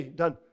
done